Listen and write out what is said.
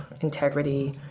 integrity